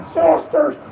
sisters